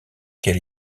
elle